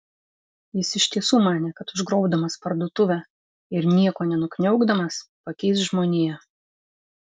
jis iš tiesų manė kad užgrobdamas parduotuvę ir nieko nenukniaukdamas pakeis žmoniją